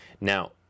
Now